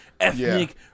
Ethnic